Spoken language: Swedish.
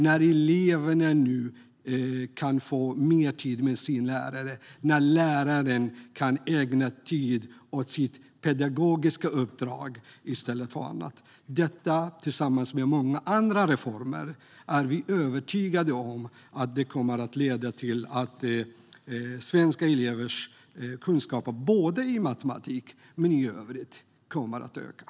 Nu kan eleverna få mer tid med sina lärare, och lärarna kan ägna tid åt sitt pedagogiska uppdrag. Vi är övertygade om att detta tillsammans med många andra reformer leder till att svenska elevers kunskaper i såväl matematik som övriga ämnen ökar.